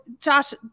Josh